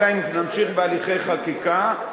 אלא אם נמשיך בהליכי חקיקה,